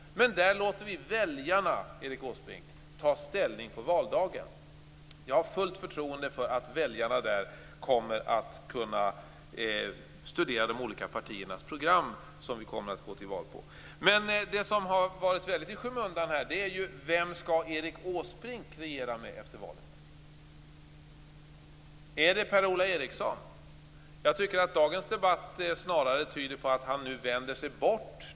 Men det, Erik Åsbrink, låter vi väljarna ta ställning till på valdagen. Jag har fullt förtroende för att väljarna då kommer att kunna studera de olika partiernas program, som vi kommer att gå till val på. Men något som här har varit väldigt i skymundan är: Vem skall Erik Åsbrink regera med efter valet? Är det med Per-Ola Eriksson? Jag tycker att dagens debatt snarare tyder på att han nu vänder sig bort.